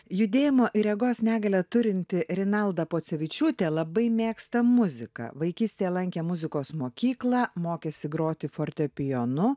judėjimo ir regos negalią turinti rinalda pocevičiūtė labai mėgsta muziką vaikystėje lankė muzikos mokyklą mokėsi groti fortepijonu